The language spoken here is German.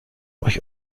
euch